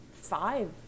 five